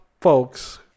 folks